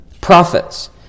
prophets